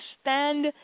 stand